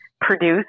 produce